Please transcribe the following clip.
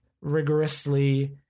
rigorously